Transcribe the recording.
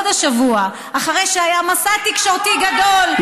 אחרי שהיה מסע תקשורתי גדול,